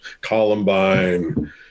columbine